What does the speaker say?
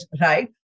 Right